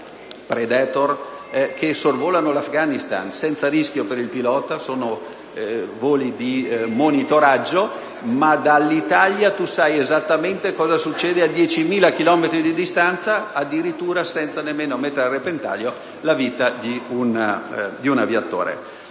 Predator che sorvolano l'Afghanistan senza rischio per il pilota. Si tratta voli di monitoraggio che consentono all'Italia di sapere esattamente cosa accade a 10.000 chilometri di distanza, addirittura senza nemmeno mettere a repentaglio la vita di un aviatore.